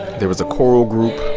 there was a choral group.